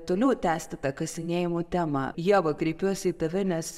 toliau tęsti tą kasinėjimų temą ieva kreipiuosi į tave nes